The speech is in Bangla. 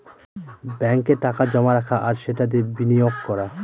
ব্যাঙ্কে টাকা জমা রাখা আর সেটা দিয়ে বিনিয়োগ করা